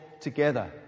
together